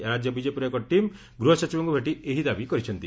ରାକ୍ୟ ବିଜେପିର ଏକ ଟିମ୍ ଗୃହ ସଚିବଙ୍କୁ ଭେଟି ଏହି ଦାବି କରିଛନ୍ତି